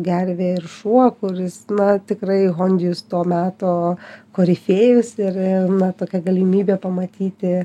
gervė ir šuo kuris na tikrai hondijus to meto korifėjus ir na tokia galimybė pamatyti